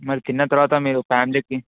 మరి తిన్న తరువాత మీరు ఫ్యామిలీకి